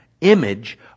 image